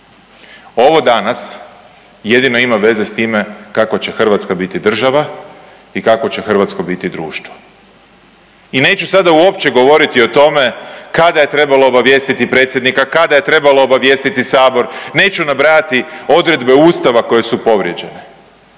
Ovo danas jedino ima veze s time kakva će Hrvatska biti država i kakvo će hrvatsko biti društvo i neću sada uopće govoriti o tome kada je trebalo obavijestiti predsjednika, kada je trebalo obavijestiti Sabor. Neću nabrajati odredbe Ustava koje su povrijeđene.